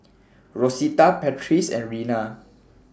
Rosita Patrice and Rena